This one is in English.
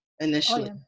initially